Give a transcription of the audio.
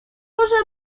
może